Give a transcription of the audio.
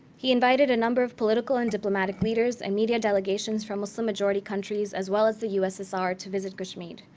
he invited a number of political and diplomatic leaders and media delegations from muslim-majority countries as well as the ussr to visit kashmir.